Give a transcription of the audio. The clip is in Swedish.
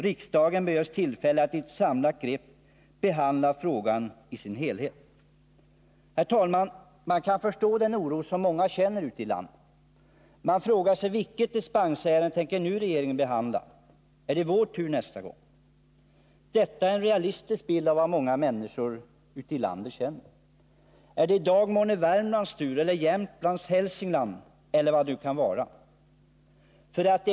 Riksdagen bör ges tillfälle att i ett samlat grepp behandla frågan i dess helhet. Herr talman! Man kan förstå den oro som många känner ute i landet. Man frågar sig: Vilket dispensärende tänker regeringen nu behandla — är det vår tur nästa gång? Detta är en realistisk bild av vad många människor ute i landet känner. Är det i dag månne Värmlands, Jämtlands eller Hälsinglands tur, eller vilken landsända kan det nu gälla?